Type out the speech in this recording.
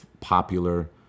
popular